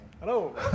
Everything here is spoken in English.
Hello